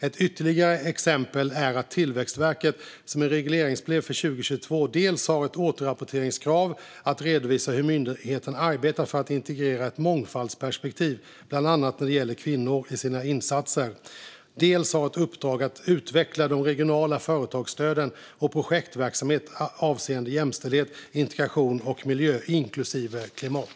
Ett ytterligare exempel är att Tillväxtverket i regleringsbrevet för 2022 dels har ett återrapporteringskrav att redovisa hur myndigheten arbetar för att integrera ett mångfaldsperspektiv - bland annat när det gäller kvinnor - i sina insatser, dels har ett uppdrag att utveckla de regionala företagsstöden och sin projektverksamhet avseende jämställdhet, integration och miljö, inklusive klimat.